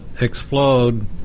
explode